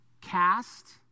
Cast